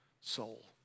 soul